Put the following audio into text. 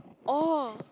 oh